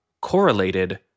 correlated